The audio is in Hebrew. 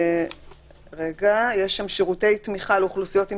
יש שם שירותי תמיכה לאוכלוסיות עם